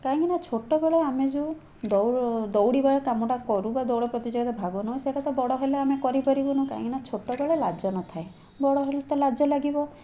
କାହିଁକି ନା ଛୋଟ ବେଳେ ଆମେ ଯେଉଁ ଦୌଡ଼ିବା କାମଟା କରୁ ବା ଦୌଡ଼ ପ୍ରତିଯୋଗୀତାରେ ଭାଗ ନେଉ ସେଇଟା ତ ବଡ଼ ହେଲେ ଆମେ କରି ପାରିବୁନି କାହିଁକି ନା ଛୋଟ ବେଳେ ଲାଜ ନ ଥାଏ ବଡ଼ ହେଲେ ତ ଲାଜ ଲାଗିବ